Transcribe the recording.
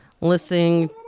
listening